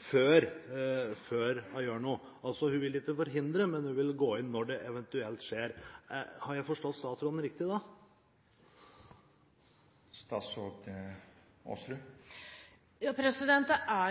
før hun gjør noe. Hun vil altså ikke forhindre, men hun vil gå inn når det eventuelt har skjedd. Har jeg forstått statsråden riktig da?